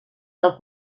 del